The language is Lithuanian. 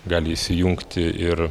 gali įsijungti ir